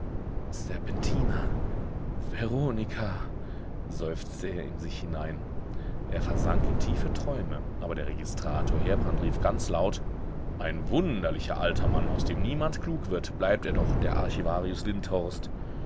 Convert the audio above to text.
serpentina veronika seufzte er in sich hinein er versank in tiefe träume aber der registrator heerbrand rief ganz laut ein wunderlicher alter mann aus dem niemand klug wird bleibt er doch der archivarius lindhorst